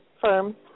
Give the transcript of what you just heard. firm